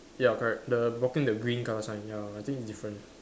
ya correct the blocking the green color sign ya I think it's different